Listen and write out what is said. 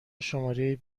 شماره